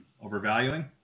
Overvaluing